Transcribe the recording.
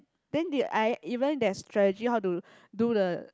then they I even there's strategic how to do the